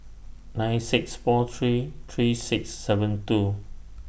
nine six four three three six seven two